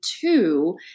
two